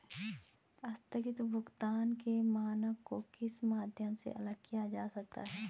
आस्थगित भुगतान के मानक को किस माध्यम से अलग किया जा सकता है?